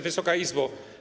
Wysoka Izbo!